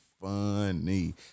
funny